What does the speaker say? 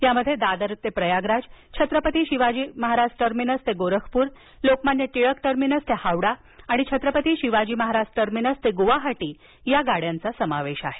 यात Dadar Prayagraj Chhatrapati Shivaji Maharaj terminus Gorakhpur Lokmanya Tilak terminus ते हावडा आणि छत्रपती शिवाजी महाराज टर्मिनस ते गुवाहाटी या गाड्यांचा समावेश आहे